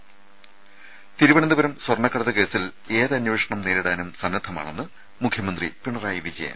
ത തിരുവനന്തപുരം സ്വർണ്ണക്കടത്ത് കേസിൽ ഏതന്വേഷണം നേരിടാനും സന്നദ്ധമാണെന്ന് മുഖ്യമന്ത്രി പിണറായി വിജയൻ